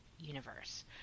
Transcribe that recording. universe